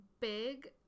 big